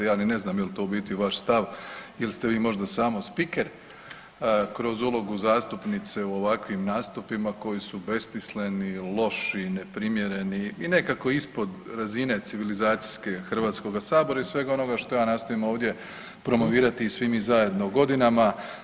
Ja ni ne znam je li to u biti vaš stav ili ste vi možda samo spiker kroz ulogu zastupnice u ovakvim nastupima koji su besmisleni, loši, neprimjereni i nekako ispod razine civilizacijski Hrvatskoga sabora i svega onoga što ja nastojim ovdje promovirati i svi mi zajedno godinama.